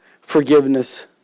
forgiveness